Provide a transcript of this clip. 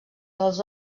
dels